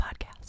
podcast